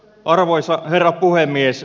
arvoisa herra puhemies